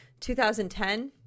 2010